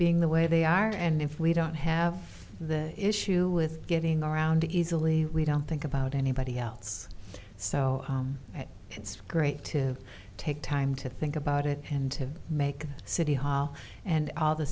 being the way they are and if we don't have that issue with getting around it easily we don't think about anybody else so it's great to take time to think about it and to make the city hall and ah the